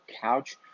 couch